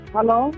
Hello